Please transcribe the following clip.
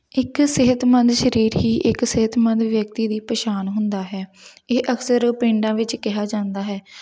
ਇੱਕ ਸਿਹਤਮੰਦ ਸਰੀਰ ਹੀ ਇੱਕ ਸਿਹਤਮੰਦ ਵਿਅਕਤੀ ਦੀ ਪਛਾਣ ਹੁੰਦਾ ਹੈ ਇਹ ਅਕਸਰ ਪਿੰਡਾਂ ਵਿੱਚ ਕਿਹਾ ਜਾਂਦਾ ਹੈ